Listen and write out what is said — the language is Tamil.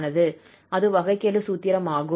அது வகைக்கெழு சூத்திரமாகும்